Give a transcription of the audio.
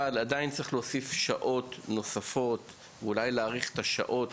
אבל צריך להאריך את שעות